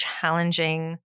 challenging